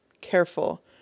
careful